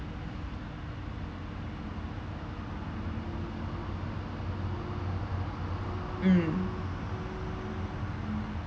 mm